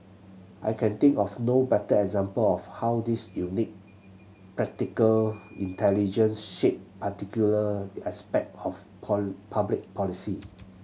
I can think of no better example of how his unique practical intelligence shaped particular aspect of paw public policy